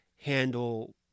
handle